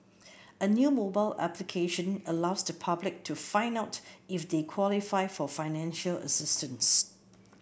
a new mobile application allows the public to find out if they qualify for financial assistance